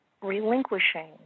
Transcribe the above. Relinquishing